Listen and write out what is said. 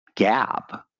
Gap